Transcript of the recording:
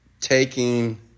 taking